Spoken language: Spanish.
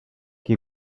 que